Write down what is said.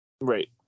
Right